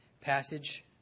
passage